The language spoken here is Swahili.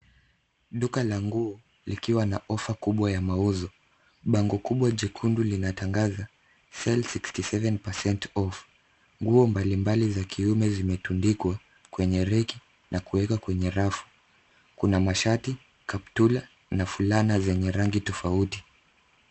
Duka la nguo likwa na cs[offer]cs kubwa ya mauzo. Bango kubwa jekundu linatangaza cs[sale sixty seven percent off]cs. Nguo mbalimbali za kiume zimetundikwa kwenye reki na kuwekwa kwenye rafu. Kuna mashati, kaptura na fulana zenye rangi tofauti.